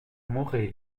mourrai